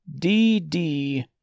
DD